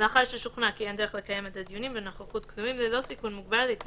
(4)דיון בפסק דין שהפרקליט